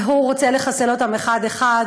והוא רוצה לחסל אותם אחד-אחד,